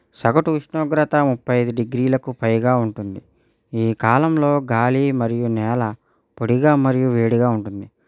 సగటు ఉష్ణోగ్రత ముప్పై ఐదు డిగ్రీలకు పైగా ఉంటుంది ఈ కాలంలో గాలి మరియు నేల పొడిగా మరియు వేడిగా ఉంటుంది